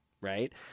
right